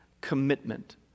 commitment